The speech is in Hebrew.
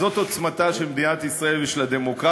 זאת עוצמתה של מדינת ישראל ושל הדמוקרטיה,